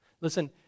Listen